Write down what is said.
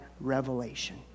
revelation